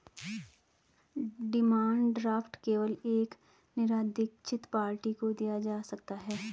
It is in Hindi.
डिमांड ड्राफ्ट केवल एक निरदीक्षित पार्टी को दिया जा सकता है